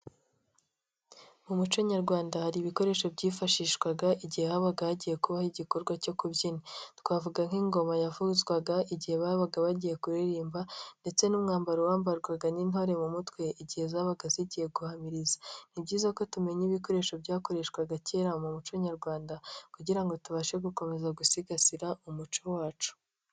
Mu muco nyarwanda, hari ibikoresho byifashishwaga igihe habaga hagiye kubaho igikorwa cyo kubyina, twavuga nk'ingoma yavuzwaga igihe babaga bagiye kuririmba ndetse n'umwambaro wambarwaga n'intore mu mutwe igihe zabaga zigiye guhamiriza; ni byiza ko tumenya ibikoresho byakoreshwaga kera mu muco nyarwanda kugira ngo tubashe gukomeza gusigasira umuco wacu.